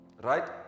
right